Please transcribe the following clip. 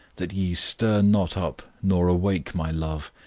that ye stir not up nor awake my love,